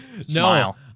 smile